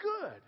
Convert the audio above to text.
good